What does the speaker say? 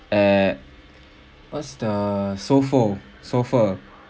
eh what's the